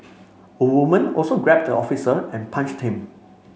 a woman also grabbed the officer and punched him